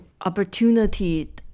opportunity